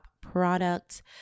product